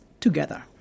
together